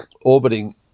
orbiting